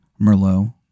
Merlot